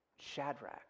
Shadrach